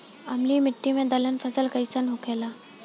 अम्लीय मिट्टी मे दलहन फसल कइसन होखेला?